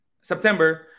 september